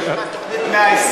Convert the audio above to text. זה עוד לא נפתר.